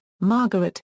Margaret